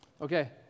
Okay